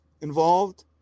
involved